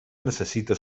necessita